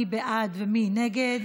מי בעד ומי נגד?